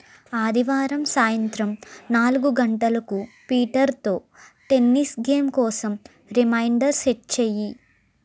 ఆదివారం సాయంత్రం నాలుగు గంటలకు పీటర్తో టెన్నిస్ గేమ్ కోసం రిమైండర్ సెట్ చేయి